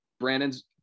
Brandon's